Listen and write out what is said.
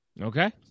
Okay